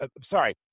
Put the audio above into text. sorry